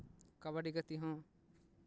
ᱠᱟᱵᱟᱰᱤ ᱜᱟᱛᱮ ᱦᱚᱸ